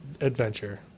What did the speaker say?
adventure